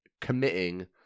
committing